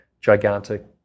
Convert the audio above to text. gigantic